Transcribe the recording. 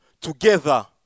Together